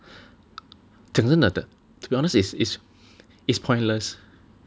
讲真的 to be honest is is is pointless